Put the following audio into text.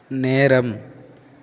நேரம்